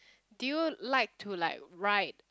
do you like to like write